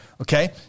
Okay